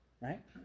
right